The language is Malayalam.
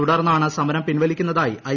തുടർന്നാണ് സമരം പിൻവലിക്കുന്നതായി ഐ